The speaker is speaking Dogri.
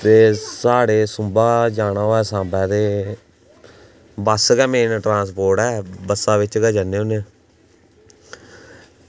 ते साढ़े सुंबां जाना होऐ बापस ते बस्स गै मेन ट्रांसपोर्ट ऐ ते बस्सा बिच गै जन्ने होन्ने